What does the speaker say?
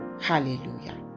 hallelujah